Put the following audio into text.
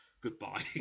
Goodbye